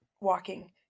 walking